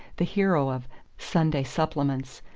the hero of sunday supplements,